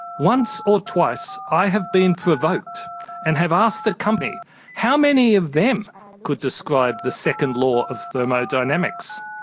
once or twice i have been provoked and have asked the company how many of them could describe the second law of thermodynamics.